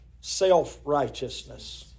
Self-righteousness